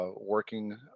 working